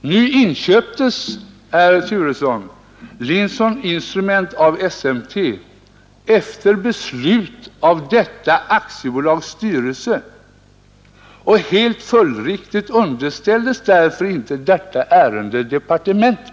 Nu inköptes, herr Turesson, Linson Instrument av SMT efter beslut av detta aktiebolags styrelse. Helt följdriktigt underställdes därför inte detta ärende departementet.